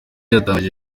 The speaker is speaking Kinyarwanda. yatangiye